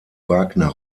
wagner